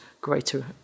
greater